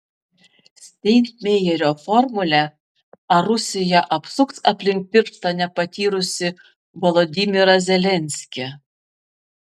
steinmeierio formulė ar rusija apsuks aplink pirštą nepatyrusį volodymyrą zelenskį